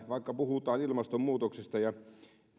vaikka puhutaan ilmastonmuutoksesta ja